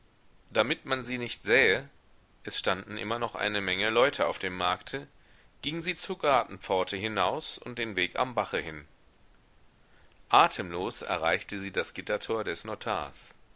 damit man sie nicht sähe es standen immer noch eine menge leute auf dem markte ging sie zur gartenpforte hinaus und den weg am bache hin atemlos erreichte sie das gittertor des notars